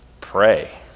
pray